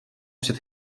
před